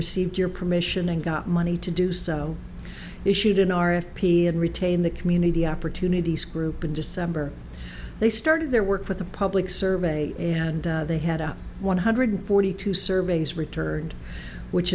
received your permission and got money to do so issued an r f p and retain the community opportunities group in december they started their work with the public survey and they had up one hundred forty two surveys returned which